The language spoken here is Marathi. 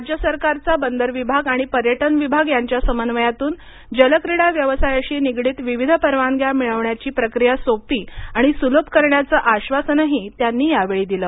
राज्य सरकारचा बंदर विभाग आणि पर्यटन विभाग यांच्या समन्वयातून जलक्रीडा व्यवसायाशी निगडीत विविध परवानग्या मिळवण्याची प्रक्रिया सोपी आणि सुलभ करण्याचं आश्वासनही त्यांनी यावेळी दिलं